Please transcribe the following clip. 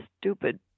stupid